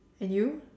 and you